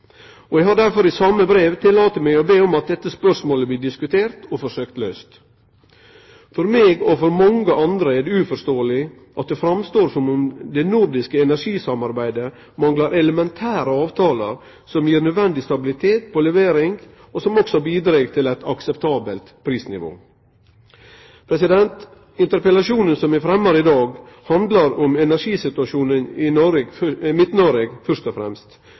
Eg har derfor i same brev tillate meg å be om at dette spørsmålet blir diskutert og forsøkt løyst. For meg og for mange andre er det uforståeleg at det framstår som om det nordiske energisamarbeidet manglar elementære avtaler som gir nødvendig stabilitet på levering, og som også bidreg til eit akseptabelt prisnivå. Interpellasjonen som eg fremmar i dag, handlar om energisituasjonen i Midt-Noreg først og fremst,